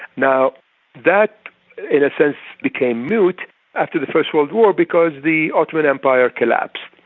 now that in a sense, became mute after the first world war because the ottoman empire collapsed,